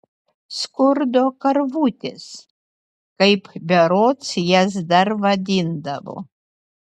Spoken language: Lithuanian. skurdo karvutės taip berods jas dar vadindavo